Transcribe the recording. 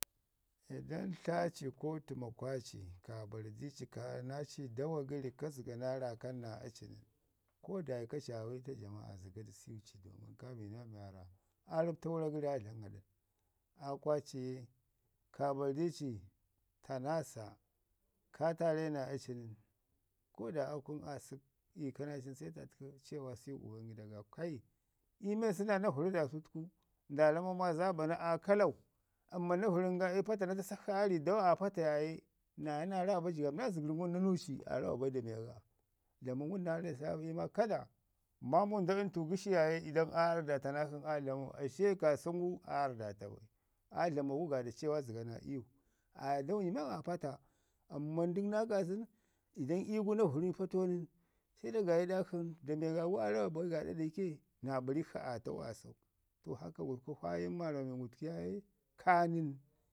Idan tlaci ko təmakwa ci kaa bari di ci kaaya naa aci ii dawa gəri, ku zəga naa raakan naa aci nən, ko da ika ci aa wiita jama'a, zəga du su ci kaa bi naa be aa zəbta miya gəri aa dlama naa aɗan. Aakwa ci akaa bari tiici ta naa sa, ka tare naa ari nən, ko da aa kunu asək iika naa ci nən sa tatku cema si uban gida ga. Kai iyu man səna naa vəru da sutku ndaa ramau maa zaabamu aa kalau, amman na vərən ga ii pata na tasak shi aa ri dawa aa pata yaaye, naa yo naa raabi jigaɓ men naa zəgər men na nuuci aa rawa ba da miya ga. Dlamən ngum naa lissap iyu maa kada maamu nda ntu gəshi yaayi idan aa yarr data nakshin ashe kasən gu aa yarrdata bai, aa dlamau gu kaada cewa zəga naa iyu, aya da wunyi man as pata amman dək naa kaasən idan iyu ga naa vəri patau nən, se na gayi ɗak shi nən, da miya gagu aa lawa bai gaaɗa da yake naa barik shi aa tau aa sau. To haka gusku faayin marmamin gu yaaye ka nən,